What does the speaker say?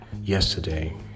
yesterday